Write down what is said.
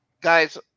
guys